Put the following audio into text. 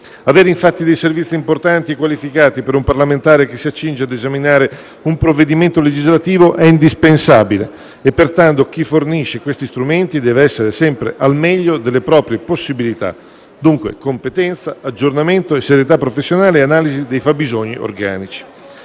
Avere, infatti, dei servizi importanti e qualificati per un parlamentare che si accinge a esaminare un provvedimento legislativo è indispensabile e, pertanto, chi fornisce questi strumenti deve essere sempre al meglio delle proprie possibilità. Dunque, sono indispensabili competenza, aggiornamento, serietà professionale e analisi dei fabbisogni organici.